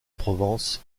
provence